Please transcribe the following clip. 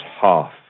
half